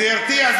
זה הרתיע?